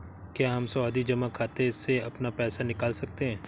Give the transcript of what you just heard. क्या हम सावधि जमा खाते से अपना पैसा निकाल सकते हैं?